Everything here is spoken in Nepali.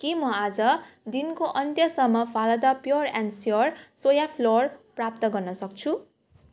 के म आज दिनको अन्त्यसम्म फारदा pure and sure soya flour प्राप्त गर्नसक्छु